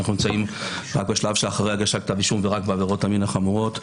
אנו נמצאים רק בשלב של אחרי הגשת כתב אישום ורק בעבירות מין חמורות.